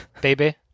Baby